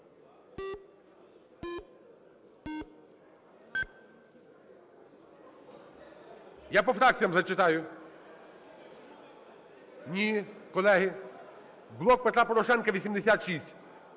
Я по фракціям зачитаю. Ні, колеги. "Блок Петра Порошенка" –